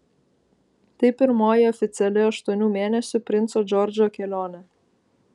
tai pirmoji oficiali aštuonių mėnesių princo džordžo kelionė